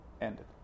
ended